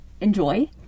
enjoy